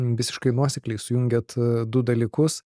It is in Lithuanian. visiškai nuosekliai sujungėt a du dalykus